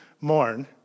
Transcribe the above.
mourn